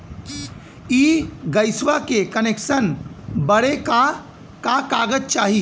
इ गइसवा के कनेक्सन बड़े का का कागज चाही?